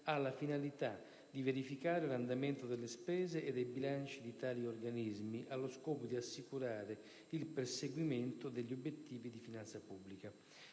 ha la finalità di verificare l'andamento delle spese e dei bilanci di tali organismi allo scopo di assicurare il perseguimento degli obiettivi di finanza pubblica.